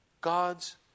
God's